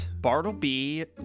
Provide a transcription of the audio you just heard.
Bartleby